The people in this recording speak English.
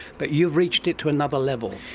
but you've reached it to another level.